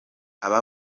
aba